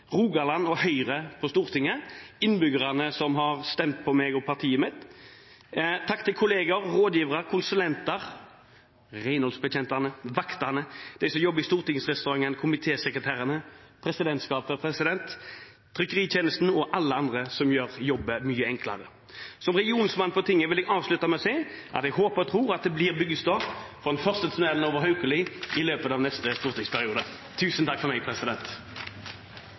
Rogaland og Høyre på Stortinget, innbyggerne som har stemt på meg og partiet mitt. Takk til kollegaer, rådgivere, konsulenter, renholdsbetjentene, vaktene, de som jobber i Stortingsrestauranten, komitésekretærene, presidentskapet, trykkeritjenesten og alle andre som gjør jobben mye enklere! Som regionsmann på tinget vil jeg avslutte med å si at jeg håper og tror at det blir byggestart på den første tunnelen over Haukeli i løpet av neste stortingsperiode. Tusen takk for meg!